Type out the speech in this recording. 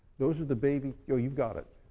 those are the baby oh you've got it.